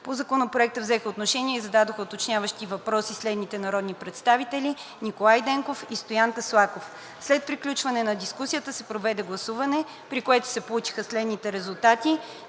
По Законопроекта взеха отношение и зададоха уточняващи въпроси следните народни представители: Николай Денков и Стоян Таслаков. След приключване на дискусията се проведе гласуване, при което се получиха следните резултати: